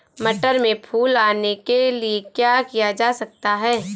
मटर में फूल आने के लिए क्या किया जा सकता है?